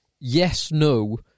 yes-no